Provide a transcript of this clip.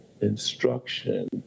instruction